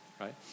right